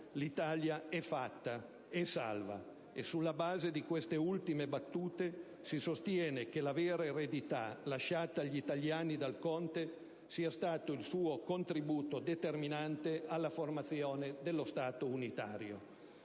«l'Italia è fatta, è salva!». E sulla base di queste ultime battute si sostiene che la vera eredità lasciata agli italiani dal conte sia stato il suo contributo determinante alla formazione dello Stato unitario.